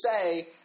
say